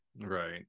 right